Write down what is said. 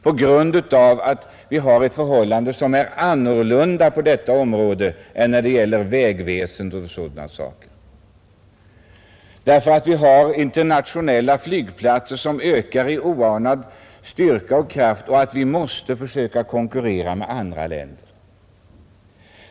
Vi har nämligen på detta område ett annat förhållande än när det gäller vägväsendet och sådana saker. De internationella flygplatserna ökar med oanad styrka och kraft, och vi måste försöka konkurrera med andra länder.